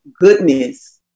goodness